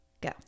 go